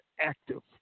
active